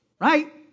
Right